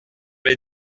les